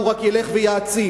והוא רק ילך ויעצים.